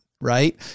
Right